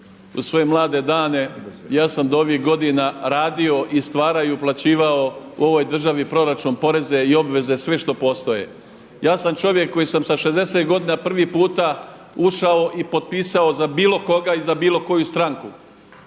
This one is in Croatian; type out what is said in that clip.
u svoje mlade dane, ja sam do ovih godina radio i stvarao i uplaćivao u ovoj državi proračun, poreze i obveze sve što postoje. Ja sam čovjek koji sam sa 60 godina prvi puta ušao i potpisao za bilo koga i za bilo koju stranku.